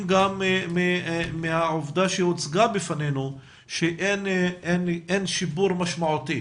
גם מהעובדה שהוצגה בפנינו על כך שבעשור האחרון אין שיפור משמעותי